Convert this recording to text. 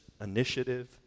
initiative